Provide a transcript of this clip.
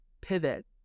pivot